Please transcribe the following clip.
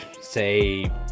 say